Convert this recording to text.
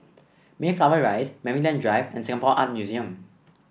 Mayflower Rise Maryland Drive and Singapore Art Museum